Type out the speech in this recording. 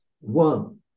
one